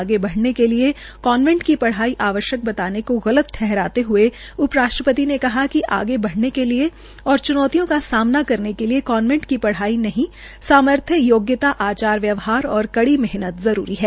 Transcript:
आगे बढ़ने के लिये कान्वेंट की पढ़ाई आवश्यक बताने को गलत ठहराते ह्ये उप राष्ट्रपति ने कहा कि आगे बढ़ने के लिये और चुनौतियों का सामना करने के लिये कान्वेंट की पढ़ाई नहीं सामर्थय योग्यता आचार व्यवहार और कड़ी मेहनत जरूरी है